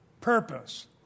purpose